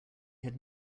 had